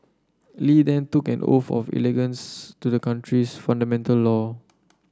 Li then took an oath of allegiance to the country's fundamental law